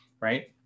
Right